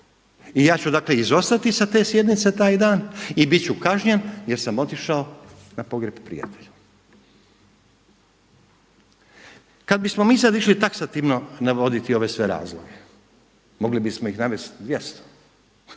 I ja ću dakle izostati sa te sjednice taj dan i biti ću kažnjen jer sam otišao na pogreb prijatelju. Kada bismo mi sada išli taksativno navoditi ove sve razloge mogli bismo ih navesti 200